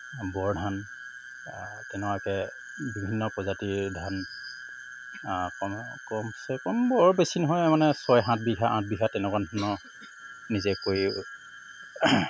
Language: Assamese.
বৰ ধান তেনেকুৱাকৈ বিভিন্ন প্ৰজাতিৰ ধান কম কমচে কম বৰ বেছি নহয় মানে ছয় সাত বিঘা আঠ বিঘা তেনেকুৱা ধৰণৰ নিজে কৰি